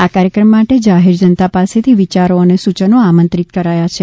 આ કાર્યક્રમ માટે જાહેર જનતા પાસેથી વિચારો અને સૂચનો આમંત્રિત કર્યા છે